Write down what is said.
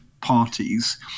parties